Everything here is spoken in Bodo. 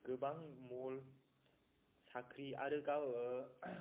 गोबां मल साख्रि आरो गाव